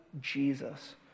Jesus